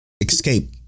Escape